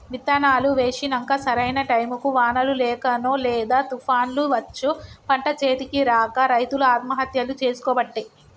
విత్తనాలు వేశినంక సరైన టైముకు వానలు లేకనో లేదా తుపాన్లు వచ్చో పంట చేతికి రాక రైతులు ఆత్మహత్యలు చేసికోబట్టే